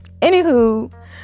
Anywho